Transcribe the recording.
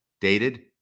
dated